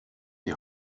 die